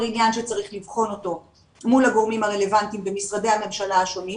עניין שצריך לבחון מול הגורמים הרלוונטיים במשרדי הממשלה השונים,